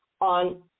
on